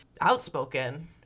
outspoken